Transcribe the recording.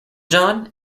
john